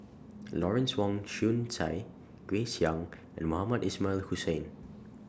Lawrence Wong Shyun Tsai Grace Young and Mohamed Ismail Hussain